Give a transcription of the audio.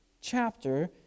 chapter